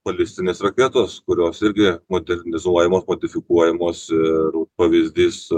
balistinės raketos kurios irgi modernizuojamos modifikuojamos ir pavyzdys